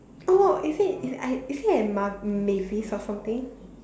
oh is it is I is it at ma~ Mavis or something